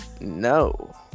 No